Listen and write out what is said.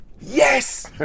Yes